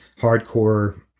hardcore